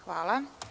Hvala.